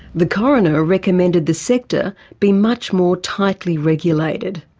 the coroner recommended the sector be much more tightly regulated,